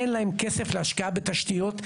אין להם כסף להשקעה בתשתיות,